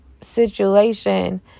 situation